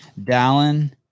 Dallin